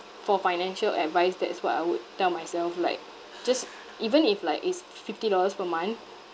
for financial advice that's what I would tell myself like just even if like it's fifty dollars per month